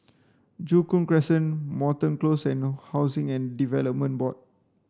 Joo Koon Crescent Moreton Close and Housing and Development Board